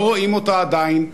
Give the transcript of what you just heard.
לא רואים אותה עדיין,